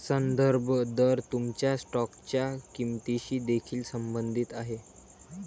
संदर्भ दर तुमच्या स्टॉकच्या किंमतीशी देखील संबंधित आहे